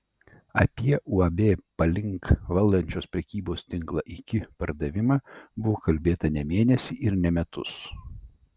apie uab palink valdančios prekybos tinklą iki pardavimą buvo kalbėta ne mėnesį ir ne metus